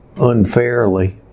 unfairly